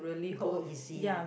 go easy right